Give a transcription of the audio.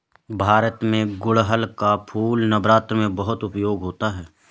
भारत में गुड़हल का फूल नवरात्र में बहुत उपयोग होता है